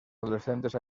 adolescentes